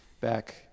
Back